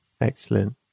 Excellent